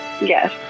Yes